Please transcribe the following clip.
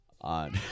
On